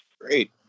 Great